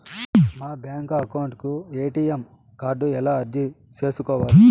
మా bank account కు ATM card ఎలా అర్జీ సేసుకోవాలి?